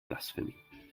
blasphemy